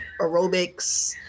aerobics